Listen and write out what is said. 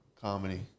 comedy